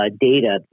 data